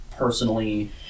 Personally